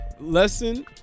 lesson